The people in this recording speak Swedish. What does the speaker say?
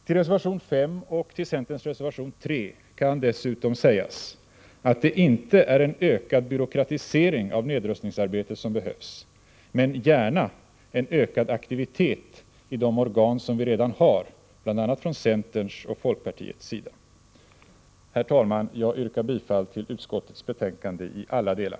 Till reservation 5 och till centerns reservation 3 kan dessutom sägas att det inte är en ökad byråkratisering av nedrustningsarbetet som behövs — men gärna en ökad aktivitet i de organ som vi redan har, bl.a. från centerns och folkpartiets sida. Herr talman! Jag yrkar bifall till utskottets hemställan i alla delar.